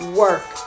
work